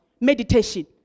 Meditation